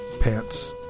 pants